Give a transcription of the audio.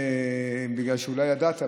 בגלל שאולי ידעת,